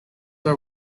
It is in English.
are